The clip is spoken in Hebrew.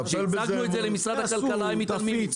הצגנו את זה למשרד הכלכלה והם מתעלמים.